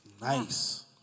Nice